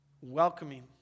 welcoming